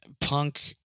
punk